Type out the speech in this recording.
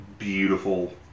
beautiful